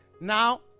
Now